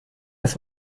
das